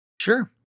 Sure